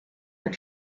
your